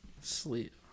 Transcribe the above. Sleep